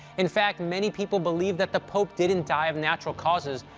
in fact, many people believe that the pope didn't die of natural causes,